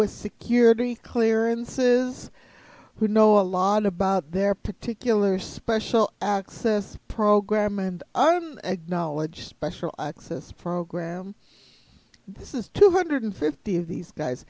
with security clearances who know a lot about their particular special access program and knowledge special access program this is two hundred fifty of these guys